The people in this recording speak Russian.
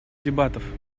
дебатов